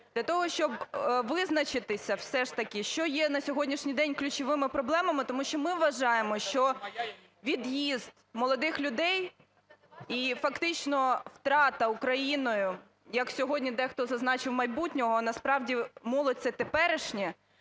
для того, щоб визначитися все ж таки, що ж є на сьогоднішній день ключовими проблемами. Тому що ми вважаємо, що від'їзд молодих людей і фактично втрата Україною, як сьогодні дехто зазначив, майбутнього, насправді молодь – це теперішнє.